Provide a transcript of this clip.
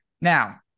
Now